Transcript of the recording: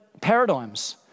paradigms